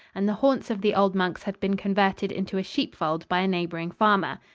and the haunts of the old monks had been converted into a sheepfold by a neighboring farmer.